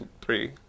three